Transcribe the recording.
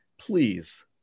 please